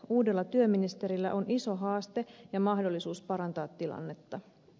uudella työministerillä on iso haaste ja mahdollisuus parantaa tilannetta